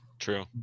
true